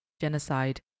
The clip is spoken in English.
genocide